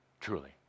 truly